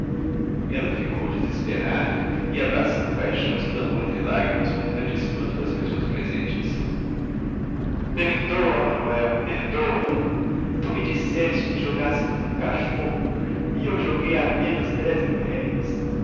ela ficou desesperada e abraçando o caixão exclamou entre lágrimas com grande espanto das pessoas presentes perdoa manuel perdoa tu me disseste que jogasse tudo no cachorro e eu joguei apenas dez mil-réis